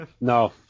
No